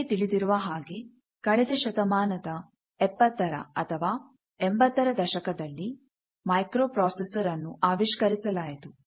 ನಿಮಗೆ ತಿಳಿದಿರುವ ಹಾಗೆ ಕಳೆದ ಶತಮಾನದ ಎಪ್ಪತ್ತರ ಅಥವಾ ಎಂಬತ್ತರ ದಶಕದಲ್ಲಿ ಮೈಕ್ರೊಪ್ರೊಸೆಸರ್ ಅನ್ನು ಆವಿಷ್ಕರಿಸಲಾಯಿತು